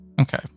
okay